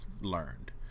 learned